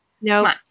no